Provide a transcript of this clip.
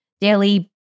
daily